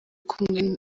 kumwe